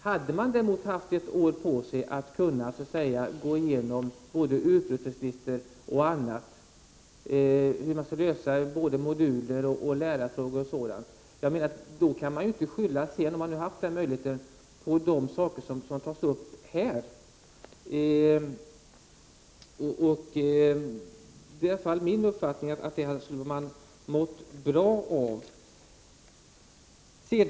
Hade man däremot haft ett år på sig att gå igenom utrustningslistor, hur moduler och lärarfrågor osv. skulle lösas, hade man sedan inte kunnat skylla på de frågor som tas upp här. Det är min uppfattning att man skulle ha mått bra av det.